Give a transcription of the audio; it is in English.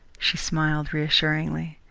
she smiled reassuringly.